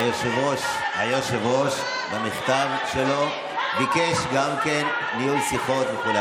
היושב-ראש במכתב שלו ביקש גם ניהול שיחות וכו'.